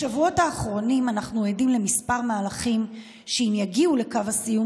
בשבועות האחרונים אנחנו עדים למספר מהלכים שאם יגיעו לקו הסיום,